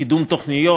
קידום תוכניות.